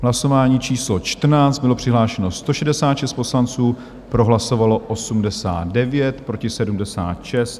Hlasování číslo 14, bylo přihlášeno 166 poslanců, pro hlasovalo 89, proti 76.